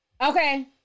Okay